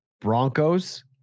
Broncos